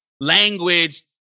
language